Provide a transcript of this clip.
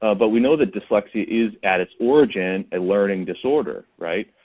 ah but we know that dyslexia is at its origin a learning disorder, right?